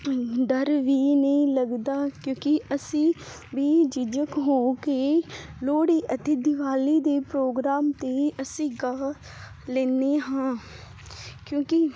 ਡਰ ਵੀ ਨਹੀਂ ਲੱਗਦਾ ਕਿਉਂਕੀ ਅਸੀਂ ਬੇਝੀਜਕ ਹੋ ਕੇ ਲੋਹੜੀ ਅਤੇ ਦੀਵਾਲੀ ਦੇ ਪ੍ਰੋਗਰਾਮ ਤੇ ਅਸੀਂ ਗਾਅ ਲੇਨੇ ਹਾਂ ਕਿਉਂਕੀ